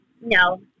no